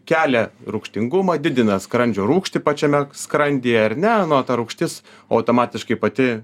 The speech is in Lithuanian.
kelia rūgštingumą didina skrandžio rūgštį pačiame skrandyje ar ne na o ta rūgštis automatiškai pati